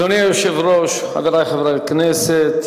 אדוני היושב-ראש, חברי חברי הכנסת,